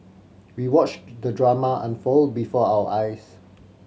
we watched the drama unfold before our eyes